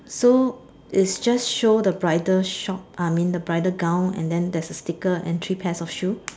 so is just show the bridal short I mean the bridal gown and then there is a sticker and three pairs of shoe